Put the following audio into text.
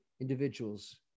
individuals